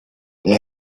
they